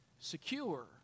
secure